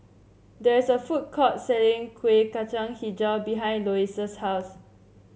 there is a food court selling Kuih Kacang hijau behind Lois's house